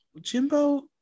Jimbo